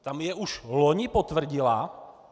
Ta mi je už loni potvrdila.